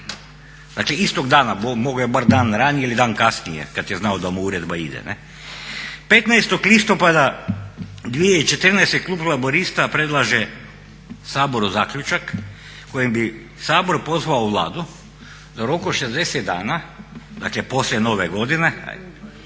dakle istog dana, mogao je bar dan ranije ili dan kasnije kad je znao da mu uredba ide, 15. listopada 2014. klub Laburista predlaže Saboru zaključak kojim bi Sabor pozvao Vladu da u roku od 60 dana, dakle poslije Nove godine